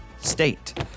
state